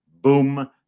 boom